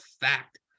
fact